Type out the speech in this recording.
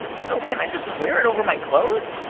so can i just wear it over my clothes? oh,